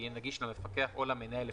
ויהיה נגיש למפקח או למנהל,